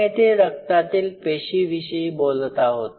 आपण येथे रक्तातील पेशी विषयी बोलत आहोत